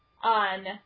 on